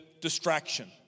Distraction